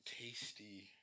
tasty